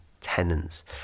tenants